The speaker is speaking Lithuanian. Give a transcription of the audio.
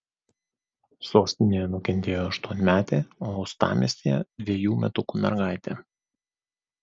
sostinėje nukentėjo aštuonmetė o uostamiestyje dvejų metukų mergaitė